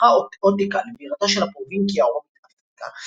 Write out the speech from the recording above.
הפכה אוטיקה לבירתה של הפרובינקיה הרומית אפריקה,